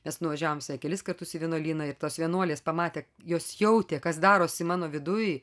mes nuvažiavom su ja kelis kartus į vienuolyną ir tos vienuolės pamatė jos jautė kas darosi mano viduj